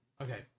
Okay